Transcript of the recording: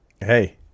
hey